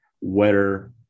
wetter